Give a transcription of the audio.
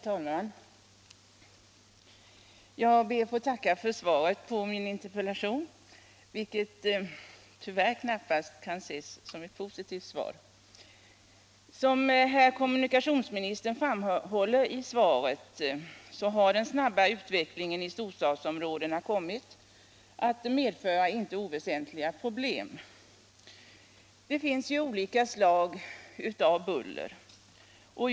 Herr talman! Jag ber att få tacka för svaret på min interpellation, vilket tyvärr knappast kan ses som ett positivt svar. Som herr kommunikationsministern framhåller i svaret har den snabba utvecklingen i storstadsområdena kommit att medföra inte oväsentliga problem. Det finns olika slag av buller.